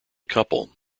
couple